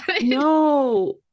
no